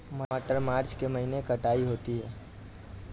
मटर मार्च के महीने कटाई होती है?